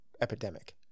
epidemic